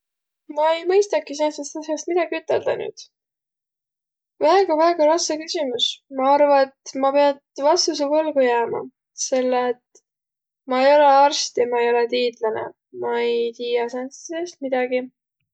Ma ei mõistaqki sääntsest as'ast midägi üteldäq nüüd. Väega, väega rassõ küsümüs. Ma arva, et ma piät vastusõ võlgu jäämä, selle et ma ei olõq arst ja ma ei olõq tiidläne. Ma ei tiiäq sääntsest as'ast midägi.